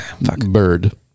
bird